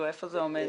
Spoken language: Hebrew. איפה זה עומד?